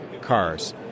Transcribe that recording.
cars